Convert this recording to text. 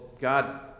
God